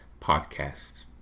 Podcast